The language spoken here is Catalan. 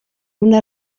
una